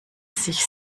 sich